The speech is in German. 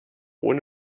ohne